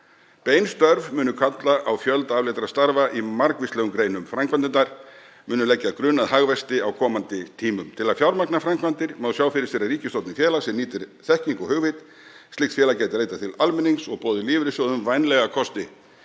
Bein störf munu kalla á fjölda afleiddra starfa í margvíslegum greinum. Framkvæmdirnar munu leggja grunn að hagvexti á komandi tímum. Til að fjármagna framkvæmdir má sjá fyrir sér að ríkið stofni félag sem nýtir þekkingu og hugvit. Slíkt félag gæti leitað til almennings og boðið lífeyrissjóðum vænlega kosti